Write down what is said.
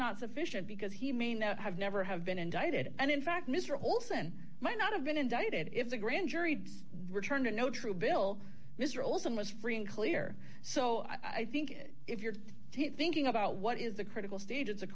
not sufficient because he may not have never have been indicted and in fact mister olson might not have been indicted if the grand jury returned a no true bill mister olson was free and clear so i think if you're thinking about what is the critical stage